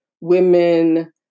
women